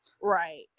right